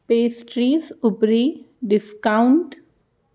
pastries उपरि discount